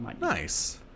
Nice